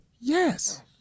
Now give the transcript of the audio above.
Yes